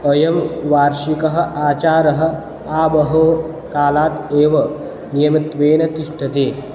अयं वार्षिकः आचारः आबहोः कालात् एव नियमत्वेन तिष्ठति